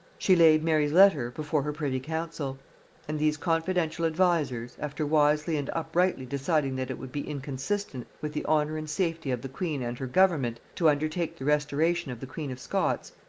she laid mary's letter before her privy-council and these confidential advisers, after wisely and uprightly deciding that it would be inconsistent with the honor and safety of the queen and her government to undertake the restoration of the queen of scots,